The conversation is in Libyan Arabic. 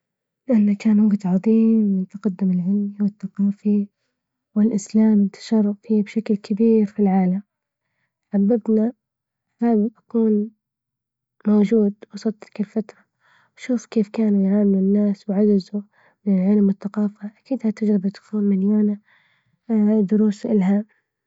لإنه كان وقت عظيييم من التقدم العلمي، والثقافي والاسلام إنتشر فيه بشكل كبير في العالم، حببنا حابب كون موجود وصدق الفتوى، وشوف كيف كانوا يعاملوا الناس؟ وعجزهم من العلم والثقافة، أكيد التجربة تكون مليانة دروس الها.